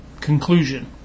conclusion